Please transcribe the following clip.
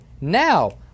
Now